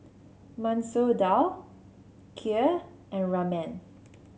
Masoor Dal Kheer and Ramen